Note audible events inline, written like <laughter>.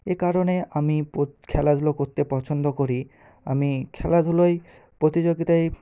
এ কারণে আমি <unintelligible> খেলাধুলো করতে পছন্দ করি আমি খেলাধুলোয় প্রতিযোগিতায়